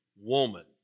Woman